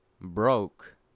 broke